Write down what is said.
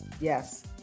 Yes